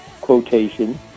quotation